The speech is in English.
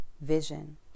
vision